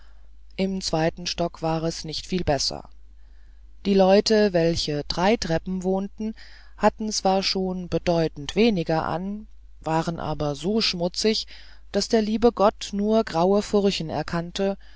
im zweiten stock war es nicht viel besser die leute welche drei treppen wohnten hatten zwar schon bedeutend weniger an waren aber so schmutzig daß der liebe gott nur graue furchen erkannte